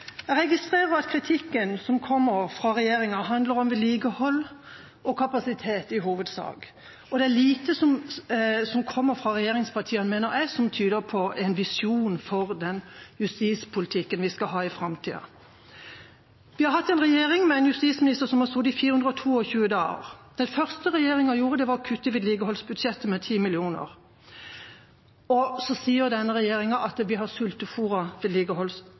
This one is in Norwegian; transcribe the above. Jeg registrerer at kritikken som kommer fra regjeringspartiene, i hovedsak handler om vedlikehold og kapasitet. Det er lite som kommer fra regjeringspartiene, mener jeg, som tyder på at de har en visjon for den justispolitikken vi skal ha i framtida. Vi har en regjering med en justisminister som har sittet i 422 dager. Det første regjeringa gjorde, var å kutte i vedlikeholdsbudsjettet med 10 mill. kr. Så sier denne regjeringa at vi har